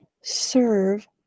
serve